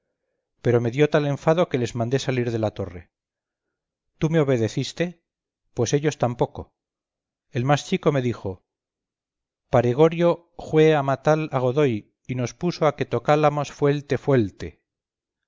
pero me dio tal enfado que les mandé salir de la torre tú me obedeciste pues ellos tampoco el más chico me dijo pare gorio jue a matal a godoy y nos puso a que tocálamos fuelte fuelte